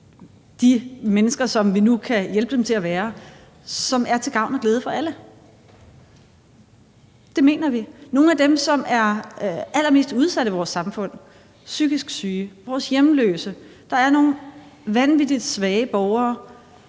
de mennesker, som vi nu kan hjælpe dem til at være, som er til gavn og glæde for alle; det mener vi. Det er nogle af dem, som er allermest udsatte i vores samfund, psykisk syge, vores hjemløse. Der er nogle vanvittig svage borgere,